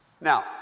Now